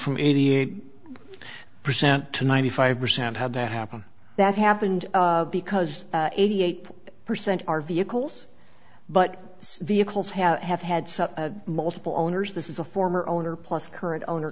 from eighty eight percent to ninety five percent had that happen that happened because eighty eight percent are vehicles but vehicles have have had such a multiple owners this is a former owner plus current owner